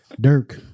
Dirk